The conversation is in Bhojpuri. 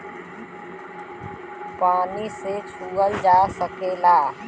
पानी के छूअल जा सकेला